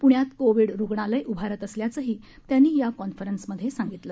पूण्यात कोविड रुग्णालय उभारत असल्याचंही त्यांनी या कॉन्फरन्समध्ये सांगितलं